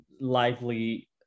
lively